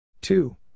two